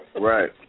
Right